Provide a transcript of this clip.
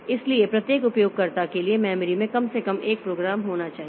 इसलिए प्रत्येक उपयोगकर्ता के लिए मेमोरी में कम से कम 1 प्रोग्राम होना चाहिए